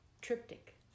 triptych